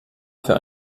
für